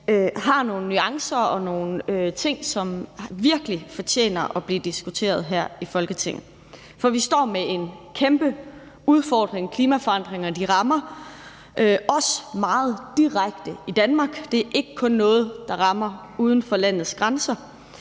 har nogle nuancer og nogle ting i sig, som virkelig fortjener at blive diskuteret her i Folketinget. For vi står med en kæmpe udfordring. Klimaforandringer rammer også meget direkte i Danmark. Det er ikke kun noget, der rammer uden for landets grænser,